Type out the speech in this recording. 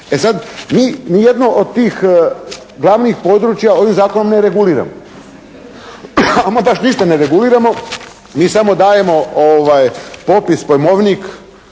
E sada, mi nijedno od tih glavnih područja ovim zakonom ne reguliramo, ama baš ništa ne reguliramo. Mi samo dajemo popis, pojmovnik